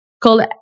called